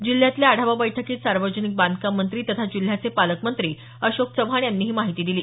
जिल्ह्यातल्या आढावा बैठकीत सार्वजनिक बांधकाम मंत्री तथा जिल्ह्याचे पालकमंत्री अशोक चव्हाण यांनी ही माहिती दिली